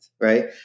right